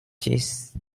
chess